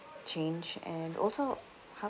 change and also